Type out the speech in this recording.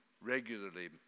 regularly